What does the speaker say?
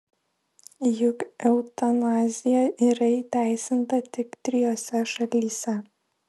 juk eutanazija yra įteisinta tik trijose šalyse